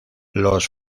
los